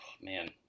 man